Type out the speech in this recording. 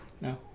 No